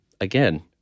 again